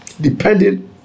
depending